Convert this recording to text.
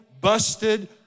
busted